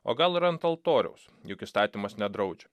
o gal ir ant altoriaus juk įstatymas nedraudžia